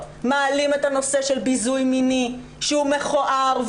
מעלים את הנושא של ביזוי מיני שהוא מכוער,